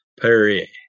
Perrier